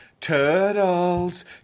Turtles